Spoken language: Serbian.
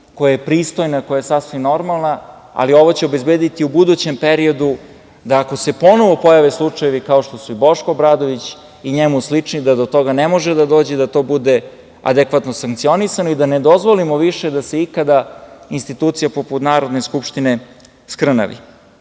koja je pristojna, koja je sasvim normalna, ali ovo će obezbediti u budućem periodu da ako se ponovo pojave slučajevi kao što su Boško Obradović i njemu slični, da do toga ne može da dođe, da to bude adekvatno sankcionisano i da ne dozvolimo više da se ikada institucija poput Narodne skupštine skrnavi. Moje